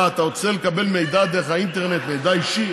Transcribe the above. מה, אתה רוצה לקבל מידע דרך האינטרנט, מידע אישי?